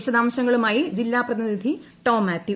വിശദാംശങ്ങളുമായി ജില്ലാ പ്രതിനിധി ടോം മാത്യു